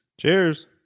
Cheers